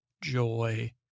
joy